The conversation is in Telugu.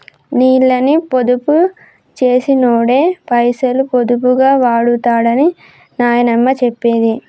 నీళ్ళని పొదుపు చేసినోడే పైసలు పొదుపుగా వాడుతడని నాయనమ్మ చెప్పేది